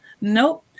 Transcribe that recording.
Nope